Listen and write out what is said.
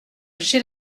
j’ai